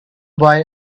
boy